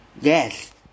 Yes